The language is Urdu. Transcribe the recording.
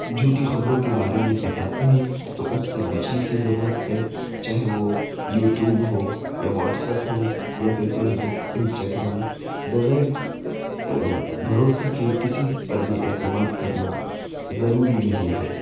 جھوٹی خبروں کے بارے میں بتاتے ہیں تو اس سے بچنے کی ضرورت ہے چاہے وہ یوٹوب ہو یا واٹس ایپ ہو یا پھر فیس بک انسٹاگرام بغیر بھروسہ کے کسی پر بھی اعتماد کرنا ضوری نہیں ہے